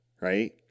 Right